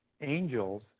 angels